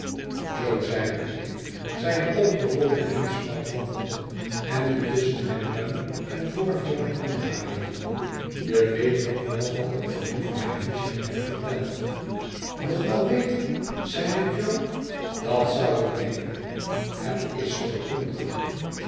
jo zeide ik zijne opgerolde hemdsmouw vattende en die tusschen mijn duim en voorvinger omdraaiende je weet nog wel wat ik van jufvrouw havisham heb verteld nog wel weten zeide jo dat zou ik denken het is verwonderlijk